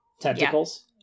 tentacles